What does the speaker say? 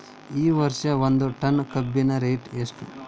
ಈ ವರ್ಷ ಒಂದ್ ಟನ್ ಕಬ್ಬಿನ ರೇಟ್ ಎಷ್ಟು?